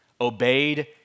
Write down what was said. obeyed